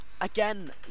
again